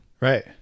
Right